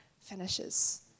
finishes